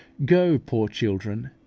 go, poor children,